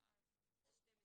זה 12,